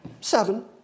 seven